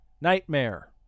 Nightmare